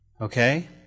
Okay